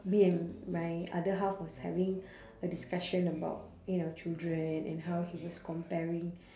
me and my other half was having a discussion about you know children and how he was comparing